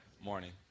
Morning